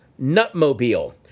Nutmobile